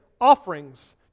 offerings